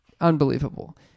Unbelievable